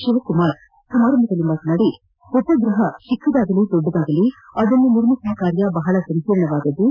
ಶಿವಕುಮಾರ್ ಸಮಾರಂಭದಲ್ಲಿ ಮಾತನಾಡಿ ಉಪಗ್ರಹ ಚಿಕ್ಕದಾಗಲಿ ದೊಡ್ಡದಾಗಲಿ ಅದನ್ನು ನಿರ್ಮಿಸುವ ಕಾರ್ಯ ಬಹಳ ಸಂಕೀರ್ಣವಾದದ್ದು